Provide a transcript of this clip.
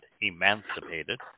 emancipated